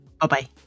bye-bye